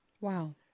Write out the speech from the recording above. Wow